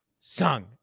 Sung